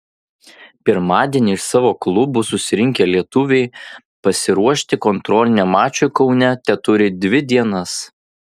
pirmadienį iš savo klubų susirinkę lietuviai pasiruošti kontroliniam mačui kaune teturi dvi dienas